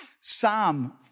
Psalm